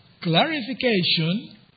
Clarification